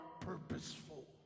purposeful